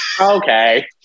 Okay